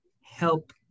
help